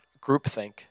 groupthink